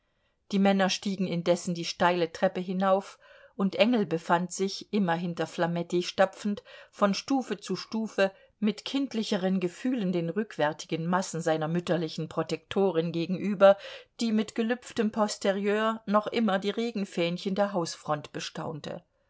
die männer stiegen indessen die steile treppe hinauf und engel befand sich immer hinter flametti stapfend von stufe zu stufe mit kindlicheren gefühlen den rückwärtigen massen seiner mütterlichen protektorin gegenüber die mit gelüpftem posterieur noch immer die regenfähnchen der hausfront bestaunte